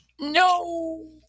No